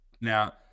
Now